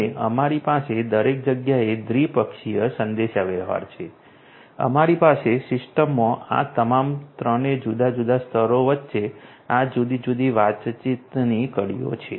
અને અમારી પાસે દરેક જગ્યાએ દ્વિપક્ષીય સંદેશાવ્યવહાર છે અમારી પાસે સિસ્ટમમાં આ તમામ ત્રણે જુદા જુદા સ્તરો વચ્ચે આ જુદી જુદી વાતચીતની કડીઓ છે